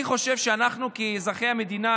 אני חושב שאנחנו כאזרחי המדינה